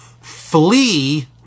flee